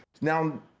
now